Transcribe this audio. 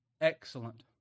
excellent